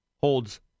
holds